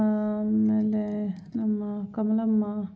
ಆಮೇಲೆ ನಮ್ಮ ಕಮಲಮ್ಮ